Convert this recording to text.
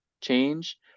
change